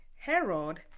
herod